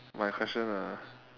my question ah